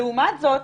לעומת זאת,